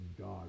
God